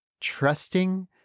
trusting